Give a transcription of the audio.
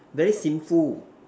very sinful